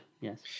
Yes